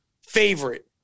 favorite